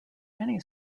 many